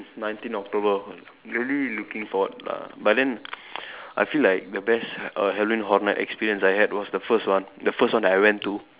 nineteen October really looking forward lah but then I feel like the best err Halloween horror night experience I had was the first one the first one that I went to